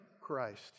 Christ